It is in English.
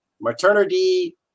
maternity